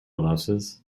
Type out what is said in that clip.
louses